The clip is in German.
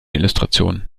illustration